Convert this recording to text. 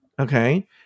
okay